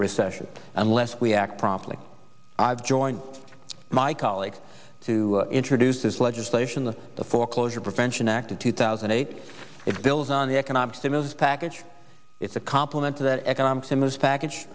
recession unless we act promptly i've joined my colleagues to introduce this legislation the the foreclosure prevention act of two thousand and eight it builds on the economic stimulus package it's a compliment to the economic stimulus package